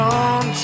on